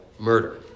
Murder